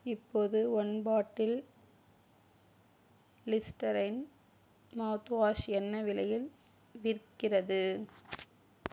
இப்போது one bottle Listerine mouthwash என்ன விலையில் விற்கிறது